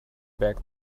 back